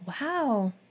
wow